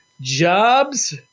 jobs